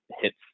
hits